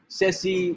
sesi